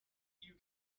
you